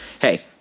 hey—